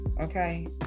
Okay